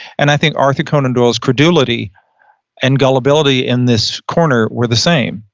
and i think arthur conan doyles credulity and gullibility in this corner where the same.